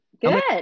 good